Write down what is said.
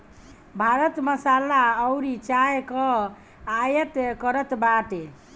भारत मसाला अउरी चाय कअ आयत करत बाटे